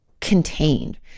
contained